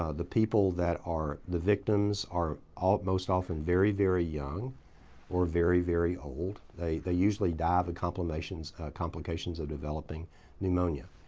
ah the people that are the victims are ah most often very, very young or very, very old. they they usually die from complications complications of developing pneumonia.